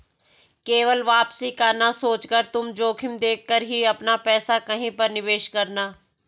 केवल वापसी का ना सोचकर तुम जोखिम देख कर ही अपना पैसा कहीं पर निवेश करना